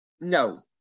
No